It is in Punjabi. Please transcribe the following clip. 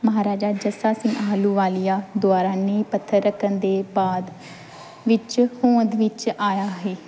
ਮਹਾਰਾਜਾ ਜੱਸਾ ਸਿੰਘ ਆਹਲੂਵਾਲੀਆ ਦੁਆਰਾ ਨੀਂਹ ਪੱਥਰ ਰੱਖਣ ਦੇ ਬਾਅਦ ਵਿੱਚ ਹੋਂਦ ਵਿੱਚ ਆਇਆ ਸੀ